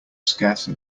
scarcer